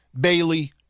Bailey